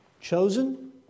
Chosen